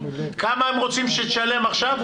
כמה הם רוצים שתשלם עכשיו?